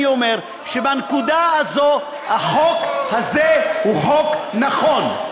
אני אומר שבנקודה הזאת החוק הזה הוא חוק נכון.